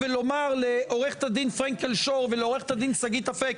שר הבט"פ.